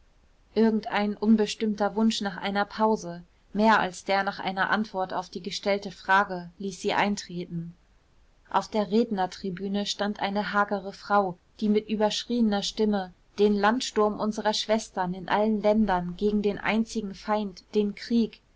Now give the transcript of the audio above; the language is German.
irgendein unbestimmter wunsch nach einer pause mehr als der nach einer antwort auf die gestellte frage ließ sie eintreten auf der rednertribüne stand eine hagere frau die mit überschriener stimme den landsturm unserer schwestern in allen ländern gegen den einzigen feind den krieg